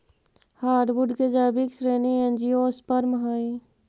hardwood के जैविक श्रेणी एंजियोस्पर्म हइ